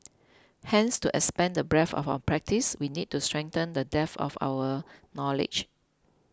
hence to expand the breadth of our practice we need to strengthen the depth of our knowledge